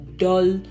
dull